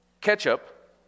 ketchup